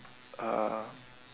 uh